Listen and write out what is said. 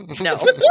No